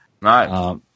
right